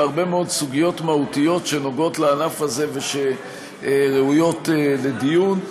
בהרבה מאוד סוגיות מהותיות שנוגעות בענף הזה וראויות לדיון.